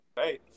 Hey